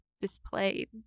displayed